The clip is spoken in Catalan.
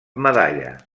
medalla